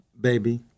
Baby